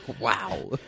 Wow